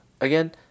again